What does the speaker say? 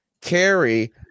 carry